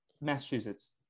Massachusetts